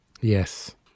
Yes